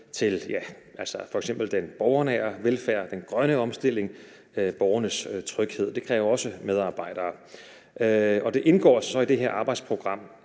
til f.eks. den borgernære velfærd, den grønne omstilling og borgernes tryghed. Det kræver også medarbejdere. Der indgår så i det her arbejdsprogram